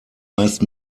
meist